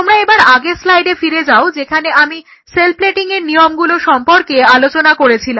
তোমরা এবার আগের স্লাইডে ফিরে যাও সেখানে আমি সেল প্লেটিং এর নিয়মগুলো সম্পর্কে আলোচনা করেছিলাম